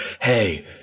hey